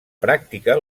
pràctica